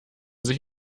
sich